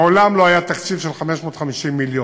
מעולם לא היה תקציב של 550 מיליון.